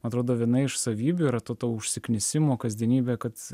atrodo viena iš savybių yra to to užsiknisimo kasdienybė kad